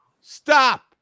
Stop